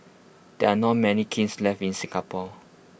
there are not many kilns left in Singapore